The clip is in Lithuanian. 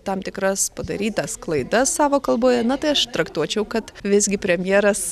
tam tikras padarytas klaidas savo kalboje na tai aš traktuočiau kad visgi premjeras